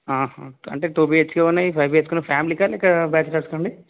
అంటే two BHK ఉన్నాయి five BHK ఉన్నాయి ఫ్యామిలీ కా లేక బ్యాచిలర్స్కా అండి